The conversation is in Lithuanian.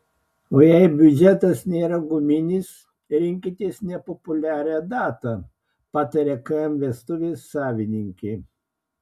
o jei biudžetas nėra guminis rinkitės nepopuliarią datą pataria km vestuvės savininkė